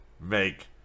make